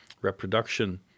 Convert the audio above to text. reproduction